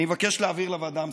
אני מבקש להעביר לוועדה המסדרת,